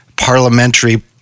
parliamentary